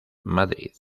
madrid